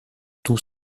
tous